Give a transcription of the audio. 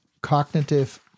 cognitive